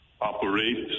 operates